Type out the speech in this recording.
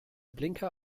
blinker